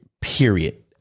period